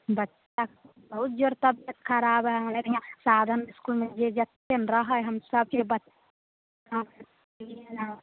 बच्चाके बहुत जोर तबियत खराब हए हमरा यहाँ साधन इस्कुलमे जे जतेक रहै हम सभचीज बच्चाकेँ कऽ देली हन